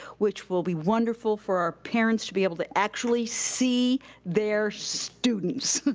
which will be wonderful for our parents to be able to actually see their students.